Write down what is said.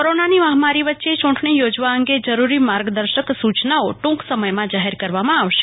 કૌરોનાની મહામારી વચે યુંટણી થોજવા અંગે જરૂરી માર્ગદર્શક સૂચનાઓ ટૂંક સમયમાં જાહેર કરવામાં આવશે